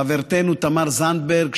חברתנו תמר זנדברג,